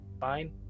fine